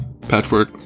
Patchwork